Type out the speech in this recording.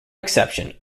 exception